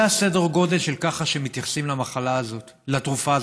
זה הסדר גודל שבו מתייחסים לתרופה הזאת.